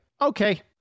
okay